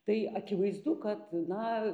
tai akivaizdu kad na